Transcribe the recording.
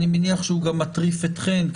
אני מניח שהוא גם מטריף אתכן,